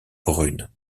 brune